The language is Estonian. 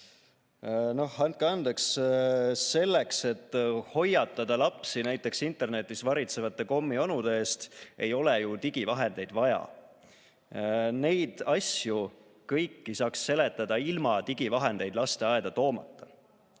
No andke andeks, selleks et hoiatada lapsi näiteks internetis varitsevate kommionude eest, ei ole ju digivahendeid vaja. Neid kõiki asju saaks seletada ilma digivahendeid lasteaeda toomata. Õnneks